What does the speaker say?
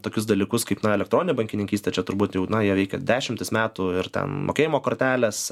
tokius dalykus kaip na elektroninė bankininkystė čia turbūt jau na jie veikia dešimtis metų ir ten mokėjimo kortelės